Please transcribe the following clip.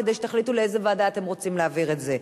כדי שתחליטו לאיזו ועדה אתם רוצים להעביר את זה.